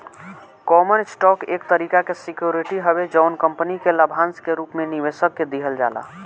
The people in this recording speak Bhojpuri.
कॉमन स्टॉक एक तरीका के सिक्योरिटी हवे जवन कंपनी के लाभांश के रूप में निवेशक के दिहल जाला